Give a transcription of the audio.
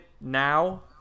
now